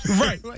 Right